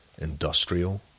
industrial